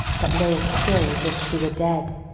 but lay as still as if she were dead,